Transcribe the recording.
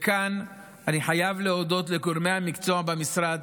וכאן אני חייב להודות לגורמי המקצוע במשרד,